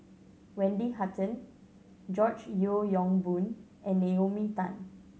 Wendy Hutton George Yeo Yong Boon and Naomi Tan